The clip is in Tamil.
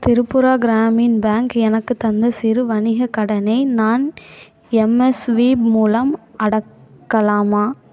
திரிபுரா கிராமின் பேங்க் எனக்குத் தந்த சிறு வணிகக் கடனை நான் எம்எஸ்வி மூலம் அடைக்கலாமா